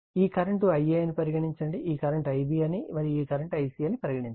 ఈ current Ia అని పరిగణించండి ఈ కరెంట్ Ib అని పరిగణించండి మరియు ఈ కరెంట్ Ic అని పరిగణించండి